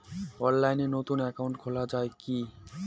অনলাইনে নতুন একাউন্ট খোলা য়ায় কি?